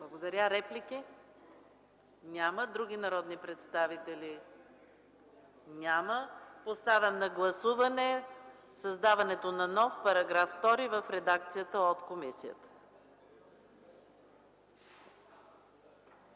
Благодаря. Реплики? Няма. Други народни представители? Няма. Поставям на гласуване създаването на нов § 2 в редакцията от комисията.